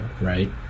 right